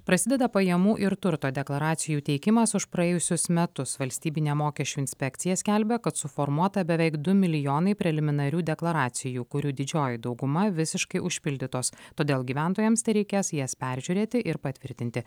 prasideda pajamų ir turto deklaracijų teikimas už praėjusius metus valstybinė mokesčių inspekcija skelbia kad suformuota beveik du milijonai preliminarių deklaracijų kurių didžioji dauguma visiškai užpildytos todėl gyventojams tereikės jas peržiūrėti ir patvirtinti